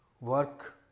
work